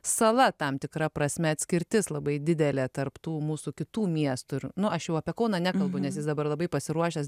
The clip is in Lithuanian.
sala tam tikra prasme atskirtis labai didelė tarp tų mūsų kitų miestų ir nu aš jau apie kauną nekalbu nes jis dabar labai pasiruošęs